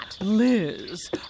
Liz